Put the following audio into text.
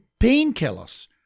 painkillers